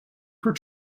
for